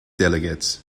delegates